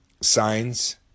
signs